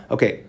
Okay